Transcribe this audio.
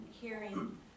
hearing